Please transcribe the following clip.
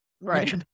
right